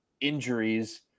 injuries